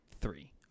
three